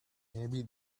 maybe